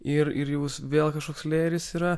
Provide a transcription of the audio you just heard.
ir ir jūs vėl kažkoks lėris yra